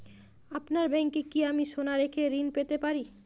আপনার ব্যাংকে কি আমি সোনা রেখে ঋণ পেতে পারি?